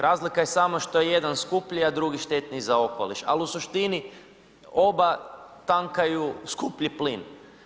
Razlika je samo što je jedan skuplji, a drugi štetniji za okoliš, ali u suštini oba tankaju skuplji plin.